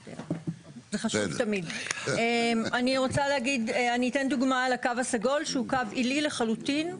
אני רוצה להגיד ולתת דוגמא לקו הסגול שהוא קו עילי לחלוטין.